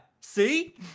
See